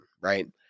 right